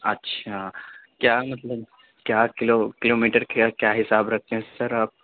اچھا کیا مطلب کیا کلو کلو میٹر کا کیا حساب رکھتے ہیں سر آپ